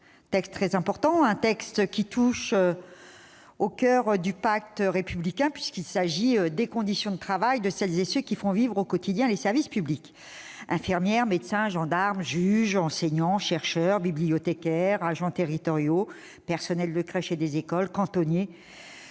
texte très important, qui touche au coeur du pacte républicain, puisqu'il s'agit des conditions de travail de celles et de ceux qui font vivre au quotidien les services publics. Infirmières, médecins, gendarmes, juges, enseignants, chercheurs, bibliothécaires, agents territoriaux, personnels de crèche et des écoles, cantonniers